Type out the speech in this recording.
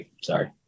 sorry